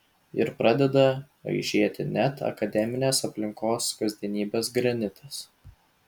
ir pradeda aižėti net akademinės aplinkos kasdienybės granitas